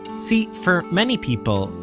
see, for many people,